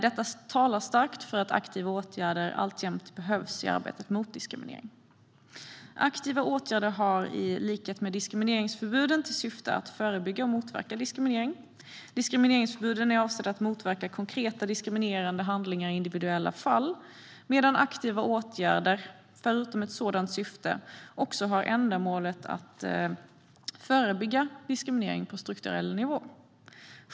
Detta talar starkt för att aktiva åtgärder alltjämt behövs i arbetet mot diskriminering. Aktiva åtgärder har i likhet med diskrimineringsförbuden till syfte att förebygga och motverka diskriminering. Diskrimineringsförbuden är avsedda att motverka konkreta diskriminerande handlingar i individuella fall, medan aktiva åtgärder, förutom ett sådant syfte, också har ändamålet att förebygga diskriminering på en strukturell nivå.